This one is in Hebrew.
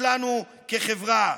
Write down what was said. כי הם התקווה שיש לנו כחברה.